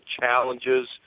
challenges